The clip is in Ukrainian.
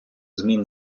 змін